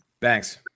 Thanks